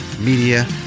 media